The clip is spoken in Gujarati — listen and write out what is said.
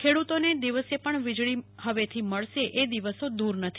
ખેડૂતોને દિવસે પણ વીજળી મળશે હવે એ દિવસો દૂર નથી